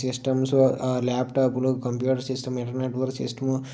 systems ఆ ల్యాప్టాప్లు computer system inter network system